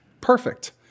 perfect